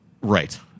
Right